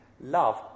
Love